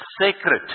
Sacred